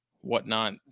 whatnot